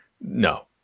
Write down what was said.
No